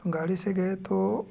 गाड़ी से गए तो